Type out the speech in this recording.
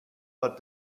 but